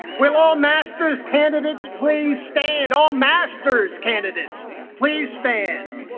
will all masters candidates please stand all masters candidates please stand